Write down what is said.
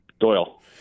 Doyle